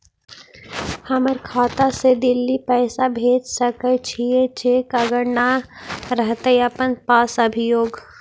हमर खाता से दिल्ली पैसा भेज सकै छियै चेक अगर नय रहतै अपना पास अभियोग?